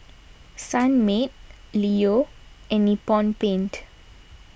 Sunmaid Leo and Nippon Paint